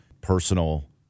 personal